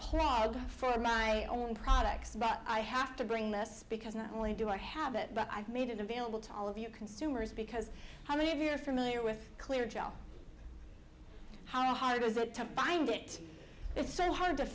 product for my own products but i have to bring this because not only do i have it but i've made it available to all of you consumers because how many of you are familiar with clear channel how hard is it to find it it's so hard to